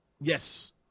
Yes